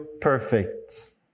perfect